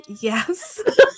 yes